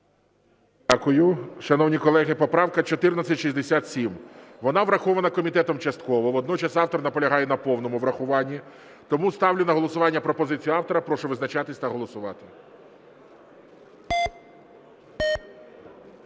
Дякую. Шановні колеги, поправка 1467. Вона врахована комітетом частково. Водночас автор наполягає на повному врахуванні. Тому ставлю на голосування пропозицію автора. Прошу визначатись та голосувати.